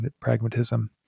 pragmatism